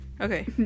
Okay